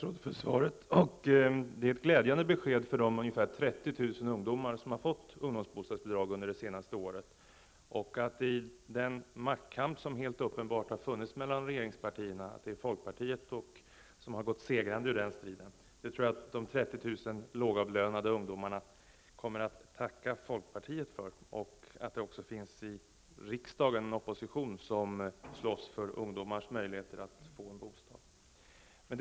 Herr talman! Jag får tacka statsrådet för svaret. Det är ett glädjande besked för de ungefär 30 000 ungdomar som har fått ungdomsbostadsbidrag under det senaste året. Det är också glädjande att det i den maktkamp som uppenbarligen har funnits mellan regeringspartierna är folkpartiet som har gått segrande ur striden. Jag tror att de 30 000 lågavlönade ungdomarna kommer att tacka folkpartiet för det. Jag tror också att det i riksdagen finns en opposition som slåss för ungdomars möjligheter att få en bostad.